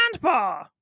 Grandpa